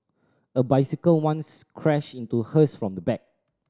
a bicycle once crashed into hers from the back